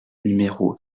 numéro